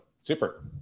Super